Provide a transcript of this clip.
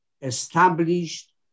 established